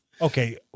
Okay